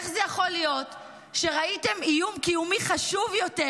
איך זה יכול להיות שראיתם איום קיומי חשוב יותר